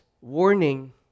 warning